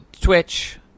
Twitch